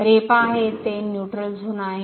तर हे पहा तर हे न्यूट्रलझोन आहे